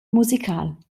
musical